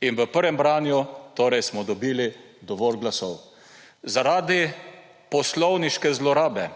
In v prvem branju torej smo dobili dovolj glasov. Zaradi poslovniške zlorabe,